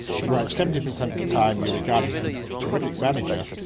if you're right seventy percent of the time you're regarded as a terrific manager,